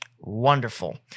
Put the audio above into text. Wonderful